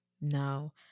No